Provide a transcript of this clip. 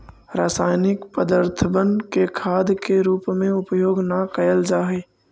रासायनिक पदर्थबन के खाद के रूप में उपयोग न कयल जा हई